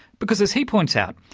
because, as he points out,